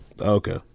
Okay